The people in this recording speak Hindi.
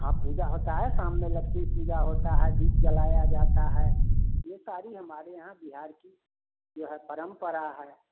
हाँ पूजा होती है शाम में लक्ष्मी पूजा होती है दीप जलाया जाता है ये सारी हमारे यहाँ बिहार की जो है परम्परा है